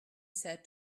said